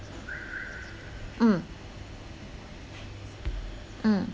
mm mm